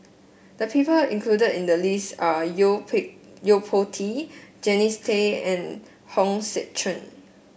the people included in the list are Yo Yo Po Tee Jannie's Tay and Hong Sek Chern